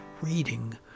reading